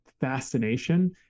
fascination